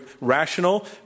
rational